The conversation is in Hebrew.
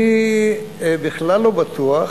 אני בכלל לא בטוח